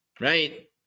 right